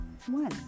one